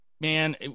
man